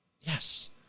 yes